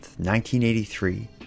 1983